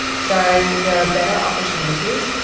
so there are better opportunities.